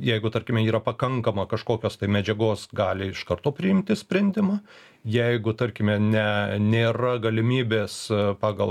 jeigu tarkime yra pakankama kažkokios medžiagos gali iš karto priimti sprendimą jeigu tarkime ne nėra galimybės pagal